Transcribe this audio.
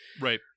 Right